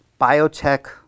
biotech